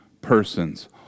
persons